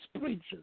preachers